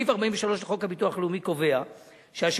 סעיף 43 לחוק הביטוח הלאומי קובע שהשירותים